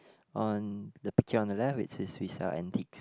on the picture on the left it says we sell antiques